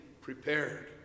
prepared